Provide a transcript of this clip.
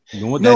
No